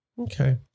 Okay